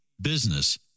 business